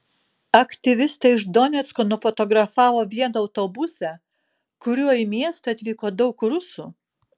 aktyvistai iš donecko nufotografavo vieną autobusą kuriuo į miestą atvyko daug rusų